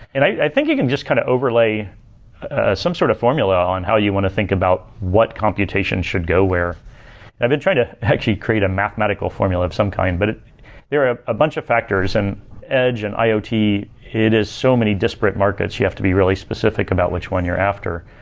and i think you can just kind of overlay ah some sort of formula on how you want to think about what computation should go where i've been trying to actually create a mathematical formula of some kind, but there are a bunch of factors and edge and iot. ah it is so many disparate markets you have to be really specific about which one you're after.